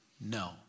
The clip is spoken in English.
No